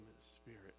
spirit